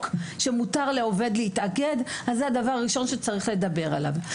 שמותר לעובד להתאגד אז זה הדבר הראשון שצריך לדבר עליו.